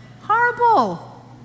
horrible